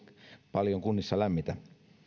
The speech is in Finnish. paljon kunnissa lämmitä